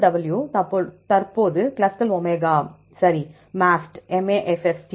ClustalW தற்போது Clustal Omega சரி MAFFT